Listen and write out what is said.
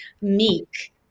meek